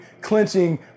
clinching